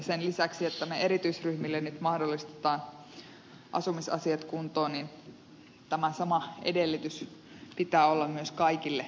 sen lisäksi että me nyt mahdollistamme erityisryhmille asumisasiat kuntoon tämän saman edellytyksen pitää olla myös kaikille maan kansalaisille